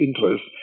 interest